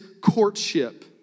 courtship